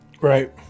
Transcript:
Right